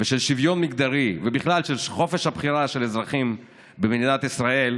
ושל שוויון מגדרי ובכלל של חופש הבחירה של אזרחים במדינת ישראל,